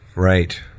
Right